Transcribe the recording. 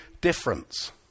difference